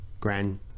grand